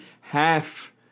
half